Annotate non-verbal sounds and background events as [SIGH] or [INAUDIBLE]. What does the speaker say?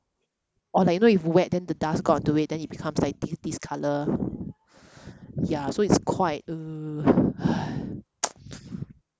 or like you know if wet than the dust got onto it then it becomes like this this colour ya so it's quite uh [NOISE]